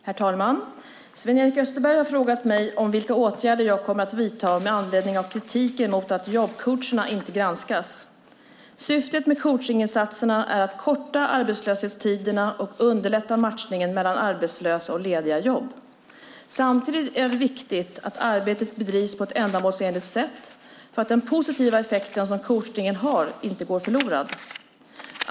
Herr talman! Sven-Erik Österberg har frågat mig vilka åtgärder jag kommer att vidta med anledning av kritiken mot att jobbcoacherna inte granskas. Syftet med coachningsinsatser är att korta arbetslöshetstiderna och underlätta matchningen mellan arbetslösa och lediga jobb. Samtidigt är det viktigt att arbetet bedrivs på ett ändamålsenligt sätt, för att den positiva effekt som coachningen har inte ska gå förlorad.